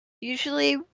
usually